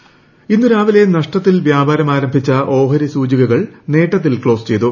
ഓഹരിസ്വർണ്ണം ഇന്ന് രാവിലെ നഷ്ടത്തിൽ വ്യാപാരം ആരംഭിച്ച ഓഹരി സൂചികകൾ നേട്ടത്തിൽ ക്ലോസ് ചെയ്തു